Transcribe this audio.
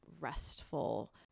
restful